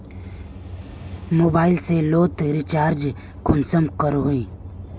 Mobile लोत recharge कुंसम करोही?